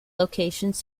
locations